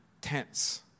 tense